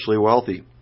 wealthy